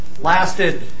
lasted